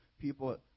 people